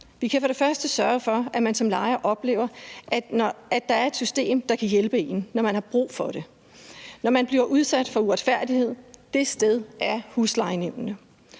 første sørge for, at man som lejer oplever, at der er et system, der kan hjælpe en, når man har brug for det, når man bliver udsat for uretfærdighed. Det sted er huslejenævnene.